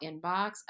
inbox